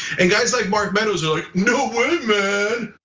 and guys like mark meadows are like, no way man,